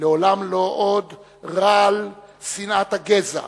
לעולם לא עוד רעל שנאת הגזע,